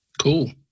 Cool